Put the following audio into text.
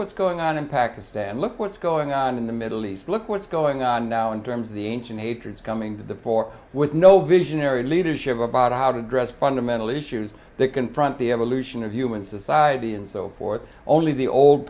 what's going on in pakistan look what's going on in the middle east look what's going on now in terms of the ancient hatreds coming to the fore with no visionary leadership about how to address fundamental issues that confront the evolution of human society and so forth only the old